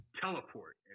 Teleport